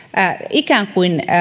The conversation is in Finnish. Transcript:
ikään kuin